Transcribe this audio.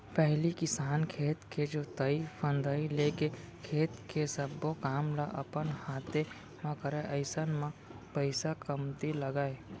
पहिली किसान खेत के जोतई फंदई लेके खेत के सब्बो काम ल अपन हाते म करय अइसन म पइसा कमती लगय